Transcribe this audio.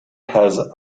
has